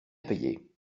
payés